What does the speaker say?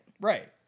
Right